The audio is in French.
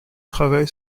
travail